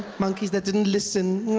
monkeys that didn't listen.